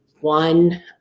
one